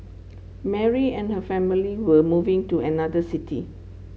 Mary and her family were moving to another city